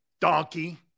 donkey